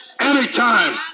anytime